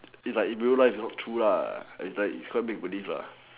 it's like in real life it's not true lah it's like it's quite make believe lah